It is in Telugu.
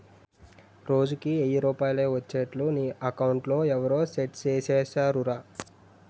రోజుకి ఎయ్యి రూపాయలే ఒచ్చేట్లు నీ అకౌంట్లో ఎవరూ సెట్ సేసిసేరురా